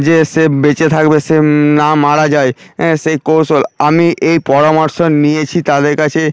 যে সে বেঁচে থাকবে সে না মারা যায় হ্যাঁ সেই কৌশল আমি এই পরামর্শ নিয়েছি তাদের কাছে